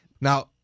Now